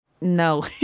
No